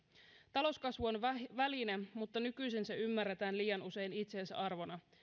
talouskasvu on väline mutta nykyisin se ymmärretään liian usein itseisarvona